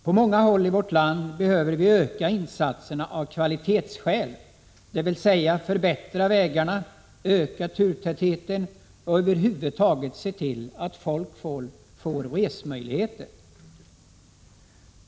På många håll i vårt land behöver vi öka insatserna kvalitetsmässigt, dvs. förbättra vägarna, öka turtätheten och över huvud taget se till att folk får resmöjligheter.